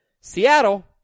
Seattle